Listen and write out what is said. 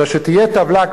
אלא שתהיה טבלה,